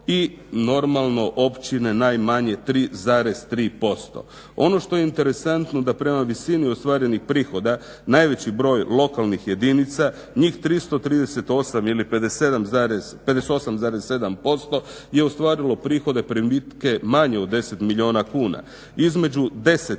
i normalno općine najmanje 3,3%. Ono što je interesantno da prema visini ostarenih prihoda najveći broj lokalnih jedinica njih 338 ili 58,7% je ostvarilo prihode, primitke manje od 10 milijuna kuna. između 10 i 50 milijuna